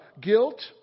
Guilt